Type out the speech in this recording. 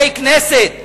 חברי כנסת,